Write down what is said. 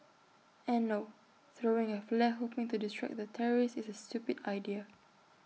and no throwing A flare hoping to distract the terrorist is A stupid idea